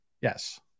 Yes